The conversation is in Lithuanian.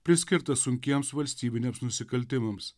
priskirtą sunkiems valstybiniams nusikaltimams